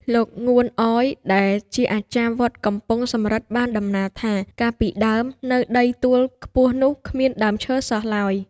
លោក ងួន អយ ដែលជាអាចារ្យវត្តកំពង់សំរឹទ្ធ បានតំណាលថា កាលពីដើម នៅដីទួលខ្ពស់នោះគ្មានដើមឈើសោះឡើយ ។